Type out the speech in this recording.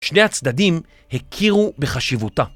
שני הצדדים הכירו בחשיבותה.